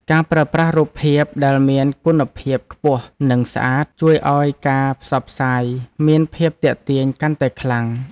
ការប្រើប្រាស់រូបភាពដែលមានគុណភាពខ្ពស់និងស្អាត ជួយឱ្យការផ្សព្វផ្សាយមានភាពទាក់ទាញកាន់តែខ្លាំង។